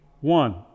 one